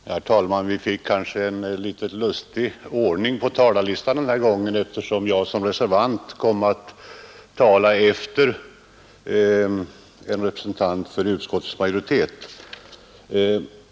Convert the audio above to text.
Herr talman! Vi fick kanske en litet lustig ordning på talarlistan den här gången, eftersom jag som reservant kom att tala efter en representant för utskottets majoritet.